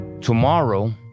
tomorrow